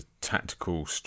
tactical